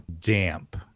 Damp